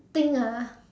think ah